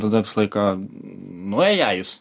tada visą laiką nu eijajus